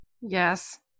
Yes